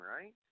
right